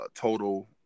total